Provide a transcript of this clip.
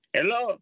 Hello